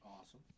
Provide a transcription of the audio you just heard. Awesome